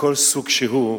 מכל סוג שהוא,